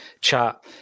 chat